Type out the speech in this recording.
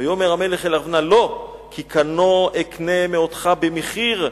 ויאמר המלך אל ארוונה לא כי קנו אקנה מאותך במחיר,